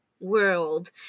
World